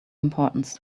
importance